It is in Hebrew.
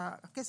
הכסף,